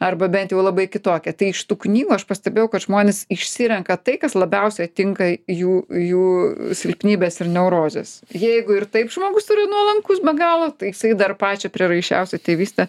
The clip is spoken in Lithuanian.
arba bent jau labai kitokie tai iš tų knygų aš pastebėjau kad žmonės išsirenka tai kas labiausiai tinka jų jų silpnybes ir neurozes jeigu ir taip žmogus yra nuolankus be galo tai jisai dar pačią prieraišiausią tėvystę